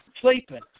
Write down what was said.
sleeping